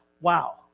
wow